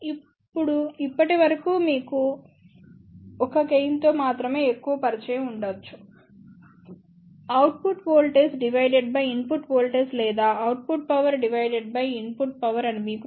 ఇప్పుడు ఇప్పటి వరకు మీకు 1 గెయిన్ తో మాత్రమే ఎక్కువ పరిచయం ఉండవచ్చు output voltage divided by input voltage లేదా output power divided by input power అని మీకు తెలుసు